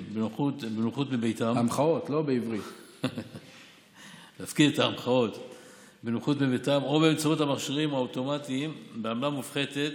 בנוחות מביתם או באמצעות המכשירים האוטומטיים בעמלה מופחתת